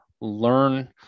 learn